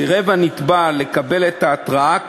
סירב הנתבע לקבל את ההתראה,